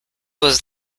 was